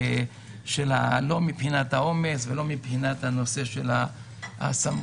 לא מבחינת העומס ולא מבחינת נושא הסמכויות.